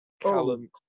Callum